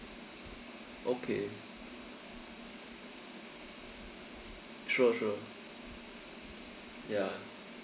okay sure sure ya